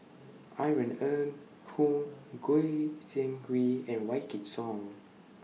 Irene Ng Hoong Goi Seng Gui and Wykidd Song